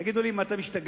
תגידו לי, מה, אתם השתגעתם?